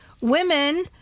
women